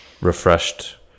refreshed